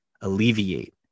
alleviate